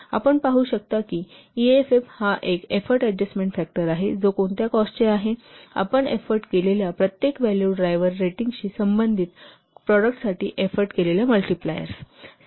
तर आपण पाहू शकता की ईएएफ हा एफोर्ट अॅडजस्टमेंट फॅक्टर आहे जो कोणत्या कॉस्टचे आहे आपण एफोर्ट केलेल्या प्रत्येक व्हॅल्यू ड्रायव्हर रेटिंगशी संबंधित प्रॉडक्टसाठी एफोर्ट केलेल्या मल्टिप्लायर्स आहे